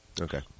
Okay